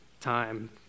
time